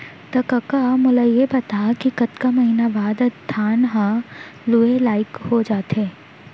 त कका मोला ये बता कि कतका महिना बाद धान ह लुए लाइक हो जाथे?